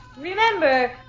Remember